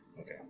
Okay